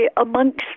amongst